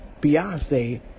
Beyonce